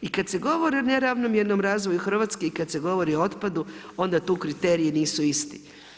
I kad se govori o neravnomjernom razvoju Hrvatske i kad se govori o otpadu onda tu kriteriji nisu isti.